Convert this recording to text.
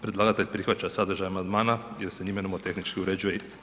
Predlagatelj prihvaća sadržaj amandmana jer se njime nomotehnički uređuje sadržaj.